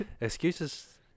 excuses